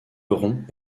rompt